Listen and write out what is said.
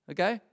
Okay